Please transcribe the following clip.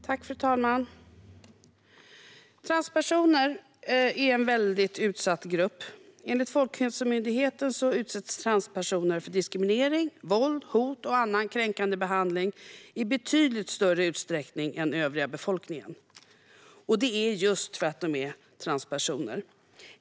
Fru talman! Transpersoner är en väldigt utsatt grupp. Enligt Folkhälsomyndigheten utsätts transpersoner för diskriminering, våld, hot och annan kränkande behandling i betydligt större utsträckning än den övriga befolkningen, och det är just för att de är transpersoner.